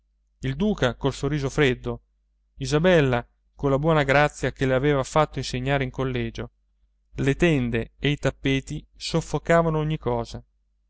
il duca col sorriso freddo isabella con la buona grazia che le aveva fatto insegnare in collegio le tende e i tappeti soffocavano ogni cosa